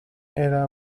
era